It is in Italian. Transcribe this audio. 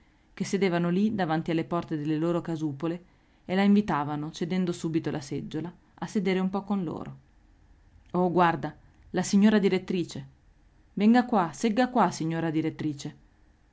che sedevano lì davanti alle porte delle loro casupole e la invitavano cedendo subito la seggiola a sedere un po con loro oh guarda la signora direttrice venga qua segga qua signora direttrice